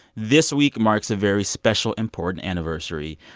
this week marks a very special, important anniversary.